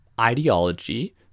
ideology